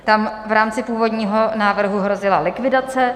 Tam v rámci původního návrhu hrozila likvidace.